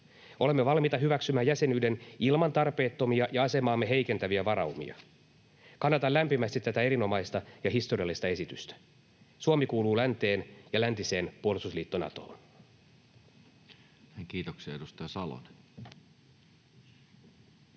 Olemme valmiita hyväksymään jäsenyyden ilman tarpeettomia ja asemaamme heikentäviä varaumia. Kannatan lämpimästi tätä erinomaista ja historiallista esitystä. Suomi kuuluu länteen ja läntiseen puolustusliitto Natoon. Kiitoksia. — Edustaja Salonen.